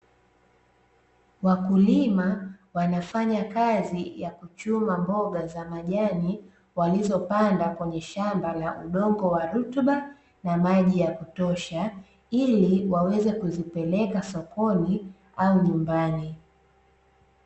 Wakulima wanafanya kazi ya kuchuma mboga za majani, walizopanda kwenye shamba la udongo wa rutuba, na maji ya kutosha ili waweze kuzipeleka sokoni au nyumbani.